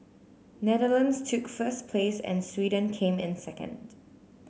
Netherlands took first place and Sweden came in second